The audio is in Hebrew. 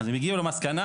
אז הם הגיעו למסקנה,